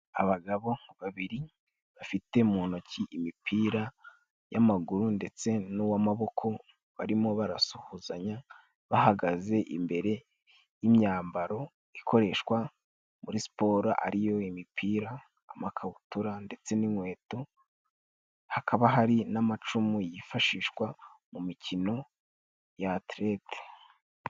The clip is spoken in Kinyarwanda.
Abagabo babiri bafite mu ntoki imipira y'amaguru ndetse n'uw'amaboko barimo barasuhuzanya. Bahagaze imbere y'imyambaro ikoreshwa muri siporo ari yo imipira amakabutura, ndetse n'inkweto. Hakaba hari n'amacumu yifashishwa mu mikino yaterete.